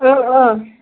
آ آ